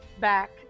back